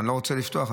אני לא רוצה לפתוח,